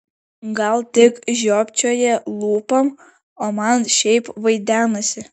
gal tik žiopčioja lūpom o man šiaip vaidenasi